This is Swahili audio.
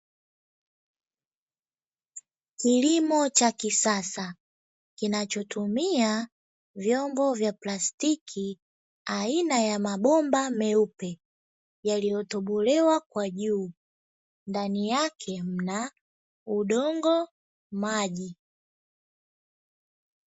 Kilimo cha kisasa kinachotumia vyombo vya plastiki aina ya mabomba meupe yaliyotobolewa kwa juu, ndani yake kuna udongo, maji.